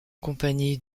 compagnie